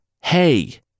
Hey